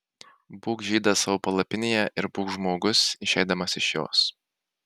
būk žydas savo palapinėje ir būk žmogus išeidamas iš jos